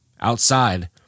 Outside